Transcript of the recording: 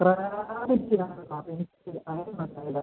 crab എനിക്ക് വേണ്ട എനിക്ക്